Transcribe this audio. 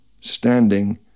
standing